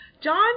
John